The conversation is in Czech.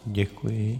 Děkuji.